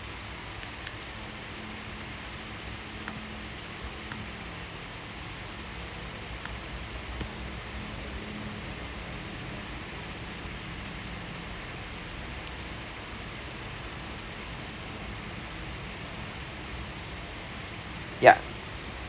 yup